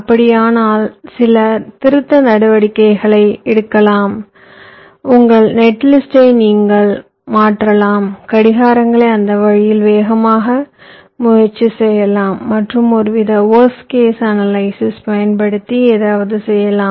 அப்படியானால் சில திருத்த நடவடிக்கைகளை எடுக்கலாம் உங்கள் நிகர பட்டியலை நீங்கள் மாற்றலாம் கடிகாரங்களை அந்த வழியில் வேகமாக்க முயற்சி செய்யலாம் மற்றும் ஒருவித வொர்ஸ் கேஸ் அனலைசிஸ் பயன்படுத்தி ஏதாவது செய்யலாம்